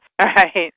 Right